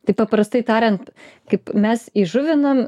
tai paprastai tariant kaip mes įžuvinam